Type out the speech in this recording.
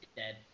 dead